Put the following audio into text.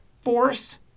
force